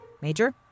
Major